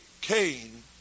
Cain